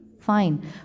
fine